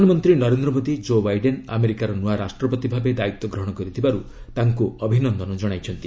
ପ୍ରଧାନମନ୍ତ୍ରୀ Narendra Modi' Joe Biden ଆମେରିକାର ନୂଆ ରାଷ୍ଟ୍ରପତି ଭାବେ ଦାୟିତ୍ୱ ଗ୍ରହଣ କରିଥିବାରୁ ତାଙ୍କୁ ଅଭିନନ୍ଦନ ଜଣାଇଛନ୍ତି